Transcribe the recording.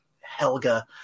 Helga